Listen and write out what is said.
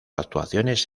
actuaciones